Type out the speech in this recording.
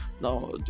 Now